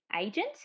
agent